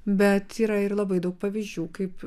bet yra ir labai daug pavyzdžių kaip